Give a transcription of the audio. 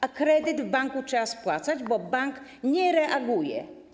A kredyt w banku trzeba spłacać, bo bank nie reaguje.